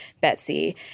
Betsy